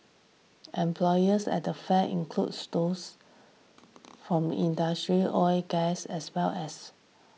employers at the fair include those from industry oil gas as well as